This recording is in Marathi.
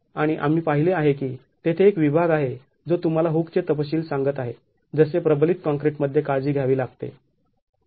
आणि आम्ही पाहिले आहे की तेथे एक विभाग आहे जो तुम्हाला हुकचे तपशील सांगत आहे जसे प्रबलित काँक्रीटमध्ये काळजी घ्यावी लागते